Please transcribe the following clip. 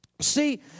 See